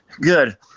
Good